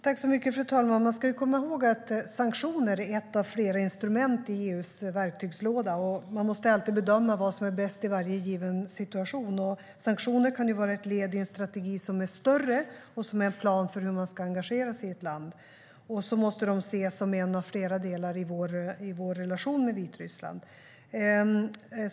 Fru talman! Man ska komma ihåg att sanktioner är ett av flera instrument i EU:s verktygslåda, och man måste bedöma vad som är bäst i varje given situation. Sanktioner kan ju vara ett led i en strategi som är större och som är en plan för hur man ska engagera sig i ett land. De måste ses som en av flera delar i vår relation med Vitryssland.